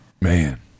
man